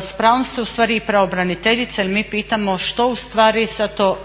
s pravom se ustvari i pravobraniteljica, jer mi pitamo što ustvari sada to,